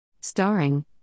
Starring